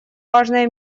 важные